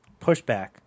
pushback